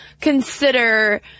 consider